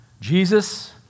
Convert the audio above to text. Jesus